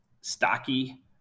stocky